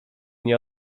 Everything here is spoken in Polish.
nie